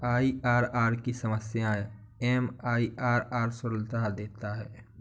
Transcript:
IRR की कुछ समस्याएं एम.आई.आर.आर सुलझा देता है